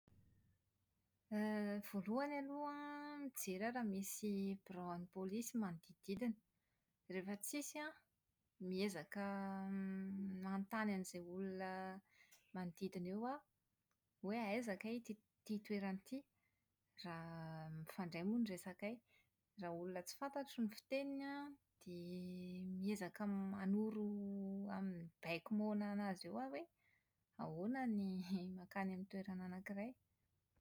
> Voalohany aloha an, mijery aho raha misy biraon'ny polisy manodidididina. Rehefa tsisy an, miezaka manontany an'izay olona manodidina eo aho hoe aiza kay ity toerana ity. Raha mifandray moa ny resakay. Raha olona tsy fantatro ny fiteniny an, dia miezaka manoro amin'ny baiko moana an'azy eo aho hoe ahoana no mankany amin'ny toerana anankiray.